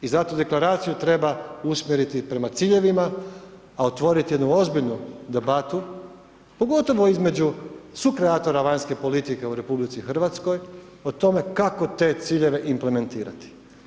I zato deklaraciju treba usmjeriti prema ciljevima, a otvoriti jednu ozbiljnu debatu, pogotovo između sukreatora vanjske politike u RH o tome kako te ciljeve implementirati.